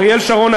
אריאל שרון,